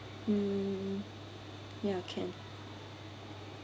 mm ya can